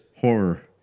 horror